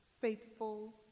faithful